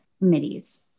committees